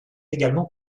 également